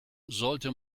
sollte